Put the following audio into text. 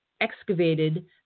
excavated